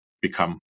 become